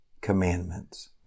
commandments